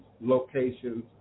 locations